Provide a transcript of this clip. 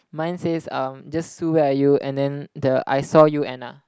mine says um just Sue where are you and then the I saw you Anna